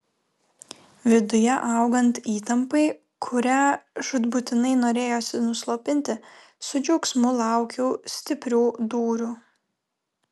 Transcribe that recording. viduje augant įtampai kurią žūtbūtinai norėjosi nuslopinti su džiaugsmu laukiau stiprių dūrių